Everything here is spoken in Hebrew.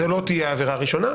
זאת לא תהיה עבירה ראשונה.